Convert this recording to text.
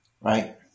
right